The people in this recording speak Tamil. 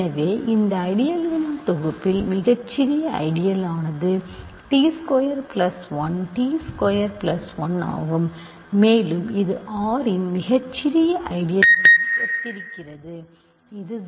எனவே இந்த ஐடியல்களின் தொகுப்பில் மிகச்சிறிய ஐடியல் ஆனது t ஸ்கொயர் 1 t ஸ்கொயர் 1 ஆகும் மேலும் இது R இன் மிகச்சிறிய ஐடியல்களுடன் ஒத்திருக்கிறது இது 0 ஐடியல் ஆகும்